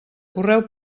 correu